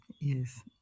yes